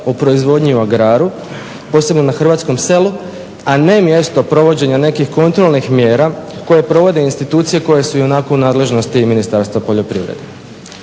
o proizvodnji u agraru posebno na hrvatskom selu, a ne mjesto provođenja nekih kontrolnih mjera koje provode institucije koje su i onako u nadležnosti Ministarstva poljoprivrede.